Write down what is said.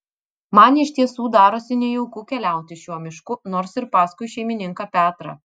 man iš tiesų darosi nejauku keliauti šiuo mišku nors ir paskui šeimininką petrą